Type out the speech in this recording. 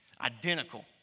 Identical